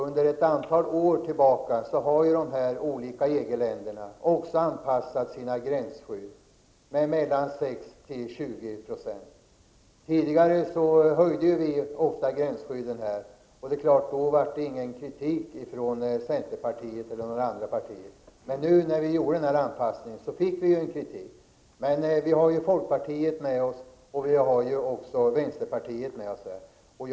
Under ett antal år har dessa EG-länder också anpassat sina gränsskydd med mellan 6 och 20 %. Tidigare höjde vi ofta gränsskyddet här i Sverige, och då kom det ingen kritik från centerpartiet eller andra partier, men när vi nu gjorde den här anpassningen fick vi kritik. Vi har i alla fall folkpartiet och vänsterpartiet med oss.